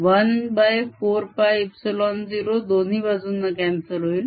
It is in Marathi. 14πε0 दोन्ही बाजूंना cancel होईल